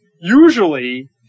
usually